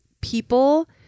people